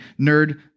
nerd